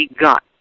got